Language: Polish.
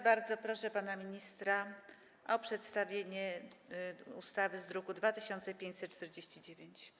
Bardzo proszę pana ministra o przedstawienie ustawy z druku nr 2549.